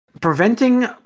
Preventing